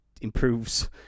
improves